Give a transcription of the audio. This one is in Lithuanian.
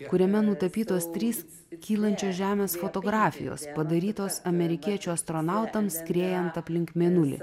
kuriame nutapytos trys kylančios žemės fotografijos padarytos amerikiečių astronautams skriejant aplink mėnulį